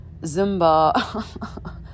Zumba